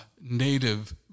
Native